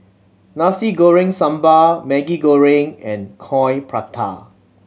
Nasi Goreng Sambal Maggi Goreng and Coin Prata